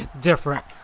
different